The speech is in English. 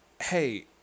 hey